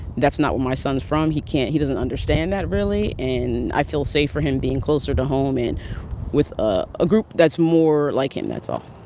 that's not where my son is from. he can't he doesn't understand that really. and i feel safe for him being closer to home and with ah a group that's more like him. that's all